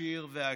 ישיר ועקיף.